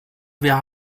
wir